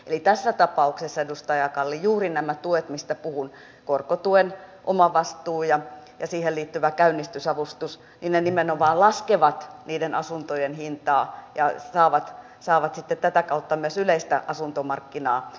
eli tässä tapauksessa edustaja kalli juuri nämä tuet mistä puhuin korkotuen omavastuu ja siihen liittyvä käynnistysavustus nimenomaan laskevat niiden asuntojen hintaa ja saavat sitten tätä kautta myös yleistä asuntomarkkinaa kohtuuhintaisemmaksi